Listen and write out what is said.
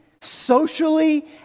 socially